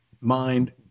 mind